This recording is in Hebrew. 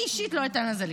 אני אישית לא אתן לזה לקרות.